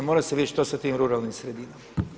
Mora se vidjeti što s tim ruralnim sredinama.